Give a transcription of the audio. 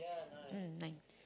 mm nine